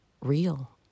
real